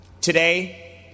Today